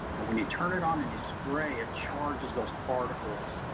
and when you turn it on and you spray, it charges those particles.